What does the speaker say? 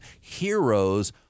heroes